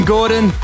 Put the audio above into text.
Gordon